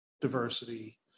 diversity